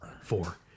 Four